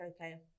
okay